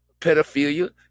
pedophilia